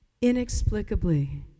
Inexplicably